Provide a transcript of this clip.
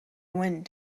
wind